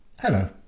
Hello